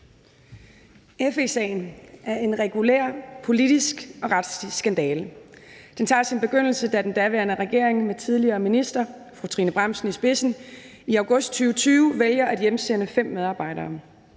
FE-sagen er en regulær politisk og retslig skandale. Den tager sin begyndelse, da den daværende regering med tidligere minister fru Trine Bramsen i spidsen i august 2020 vælger at hjemsende fem medarbejdere.